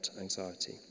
anxiety